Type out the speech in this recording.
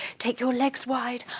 take your legs wide,